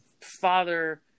father